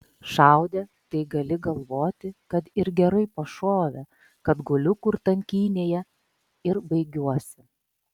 šaudė tai gali galvoti kad ir gerai pašovė kad guliu kur tankynėje ir baigiuosi